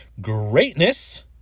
greatness